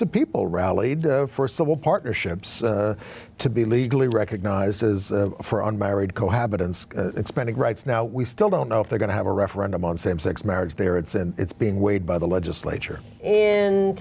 of people rallied for civil partnerships to be legally recognized as for unmarried cohabitants expanding rights now we still don't know if they're going to have a referendum on same sex marriage they are it's and it's being weighed by the legislature